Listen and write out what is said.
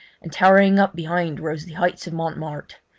and towering up behind rose the heights of montmarte